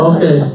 Okay